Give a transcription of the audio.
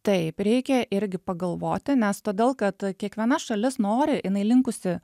taip reikia irgi pagalvoti nes todėl kad kiekviena šalis nori jinai linkusi